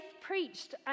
preached